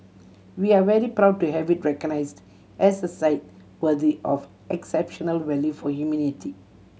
we are very proud to have it recognised as a site worthy of exceptional value for humanity